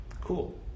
Cool